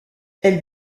elle